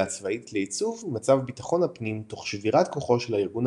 הצבאית לייצוב מצב ביטחון הפנים תוך שבירת כוחו של הארגון